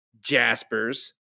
Jaspers